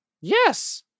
yes